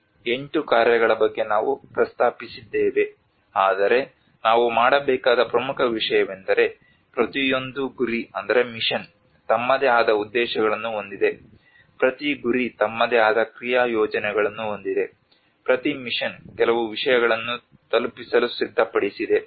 ಈ ಎಂಟು ಕಾರ್ಯಗಳ ಬಗ್ಗೆ ನಾವು ಪ್ರಸ್ತಾಪಿಸಿದ್ದೇವೆ ಆದರೆ ನಾವು ಮಾಡಬೇಕಾದ ಪ್ರಮುಖ ವಿಷಯವೆಂದರೆ ಪ್ರತಿಯೊಂದು ಗುರಿ ತಮ್ಮದೇ ಆದ ಉದ್ದೇಶಗಳನ್ನು ಹೊಂದಿದೆ ಪ್ರತಿ ಗುರಿ ತಮ್ಮದೇ ಆದ ಕ್ರಿಯಾ ಯೋಜನೆಗಳನ್ನು ಹೊಂದಿದೆ ಪ್ರತಿ ಮಿಷನ್ ಕೆಲವು ವಿಷಯಗಳನ್ನು ತಲುಪಿಸಲು ಸಿದ್ಧಪಡಿಸಿದೆ